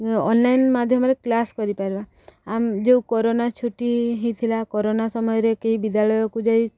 online ମାଧ୍ୟମରେ class କରିପାରିବା ଆମ ଯେଉଁ କରୋନା ଛୁଟି ହେଇଥିଲା କରୋନା ସମୟରେ କେହି ବିଦ୍ୟାଳୟକୁ ଯାଇ